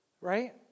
right